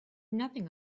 nothing